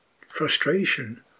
frustration